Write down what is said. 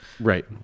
Right